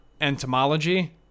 entomology